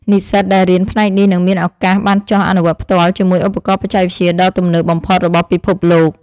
និស្សិតដែលរៀនផ្នែកនេះនឹងមានឱកាសបានចុះអនុវត្តផ្ទាល់ជាមួយឧបករណ៍បច្ចេកវិទ្យាដ៏ទំនើបបំផុតរបស់ពិភពលោក។